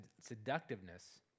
seductiveness